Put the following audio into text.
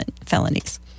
felonies